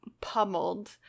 pummeled